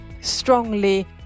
strongly